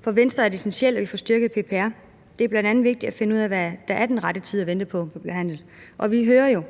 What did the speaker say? For Venstre er det essentielt, at vi får styrket PPR. Det er bl.a. vigtigt at finde ud af, hvad der er den rette tid at vente på at blive behandlet. Vi hører jo